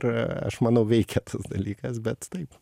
ir aš manau veikia dalykas bet taip